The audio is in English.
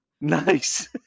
Nice